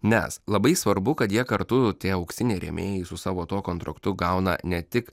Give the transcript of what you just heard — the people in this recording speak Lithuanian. nes labai svarbu kad jie kartu tie auksiniai rėmėjai su savo tuo kontraktu gauna ne tik